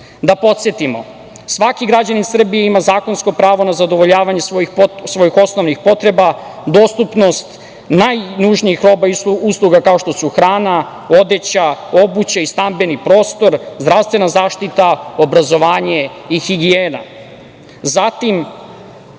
Da podsetim, svaki građanin Srbije ima zakonsko pravo na zadovoljavanje svojih osnovnih potreba, dostupnost najnužnijih roba i usluga, kao što su hrana, odeća, obuća i stambeni prostor, zdravstvena zaštita, obrazovanje i higijena. Zatim,